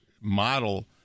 model